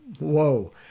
whoa